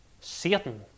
Satan